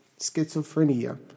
schizophrenia